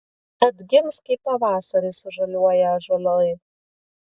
atgims kaip pavasarį sužaliuoja ąžuolai